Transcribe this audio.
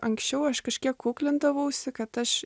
anksčiau aš kažkiek kuklindavausi kad aš